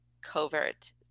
Covert